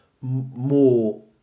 more